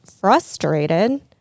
frustrated